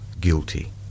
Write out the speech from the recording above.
guilty